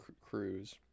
cruise